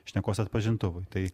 šnekos atpažintuvui tai